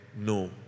no